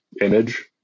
image